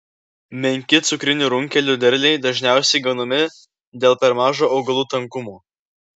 menki cukrinių runkelių derliai dažniausiai gaunami dėl per mažo augalų tankumo